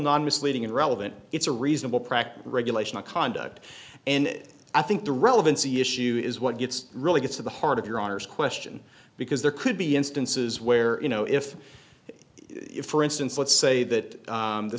not misleading irrelevant it's a reasonable practice regulation of conduct and i think the relevancy issue is what gets really gets to the heart of your honor's question because there could be instances where you know if if for instance let's say that